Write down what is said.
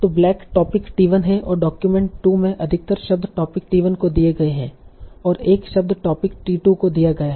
तो black topic t1 है और डॉक्यूमेंट 2 में अधिकतर शब्द टोपिक t1 को दिए गए और एक शब्द टोपिक t2 को दिया गया है